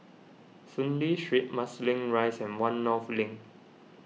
Soon Lee Street Marsiling Rise and one North Link